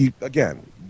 again